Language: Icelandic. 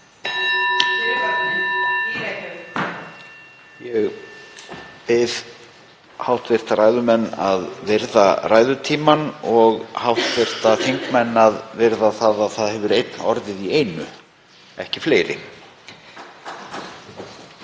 Ég bið hv. ræðumenn að virða ræðutímann og hv. þingmenn að virða það að það hefur einn orðið í einu, ekki fleiri.)